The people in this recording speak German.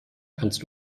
kannst